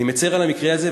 אני מצר על המקרה הזה,